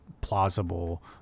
plausible